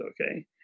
okay